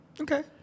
Okay